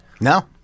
No